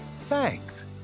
Thanks